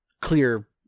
clear